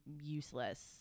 useless